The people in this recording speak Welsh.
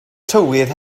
tywydd